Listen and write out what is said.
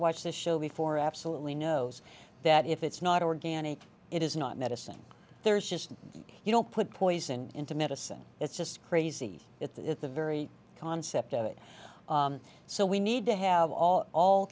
watched this show before absolutely knows that if it's not organic it is not medicine there is just you don't put poison into medicine it's just crazy at the at the very concept of it so we need to have all all